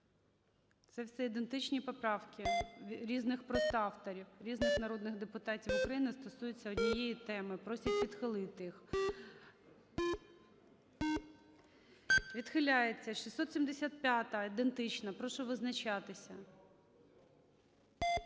Це все ідентичні поправки, різних просто авторів. Різних народних депутатів України, стосуються однієї теми, просять відхилити їх. 12:48:06 За-4 Відхиляється. 675-а, ідентична. Прошу визначатись.